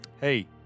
Hey